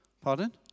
Pardon